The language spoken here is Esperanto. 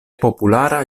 populara